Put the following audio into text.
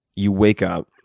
you wake up.